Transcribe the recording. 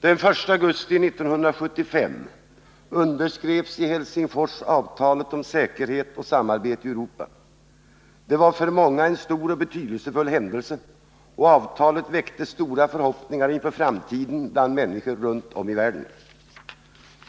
Den 1 augusti 1975 underskrevs i Helsingfors avtalet om säkerhet och samarbete i Europa. Det var för många en stor och betydelsefull händelse, och avtalet väckte stora förhoppningar inför framtiden bland människor runt om i världen.